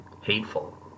hateful